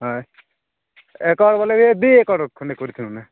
ହଁ ଏକର ବୋଲୋ ଏକ ଦୁଇ ଏକର୍ ଖଣ୍ଡେ କରିଥିଲୁ ନା